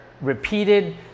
repeated